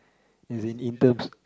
as in in terms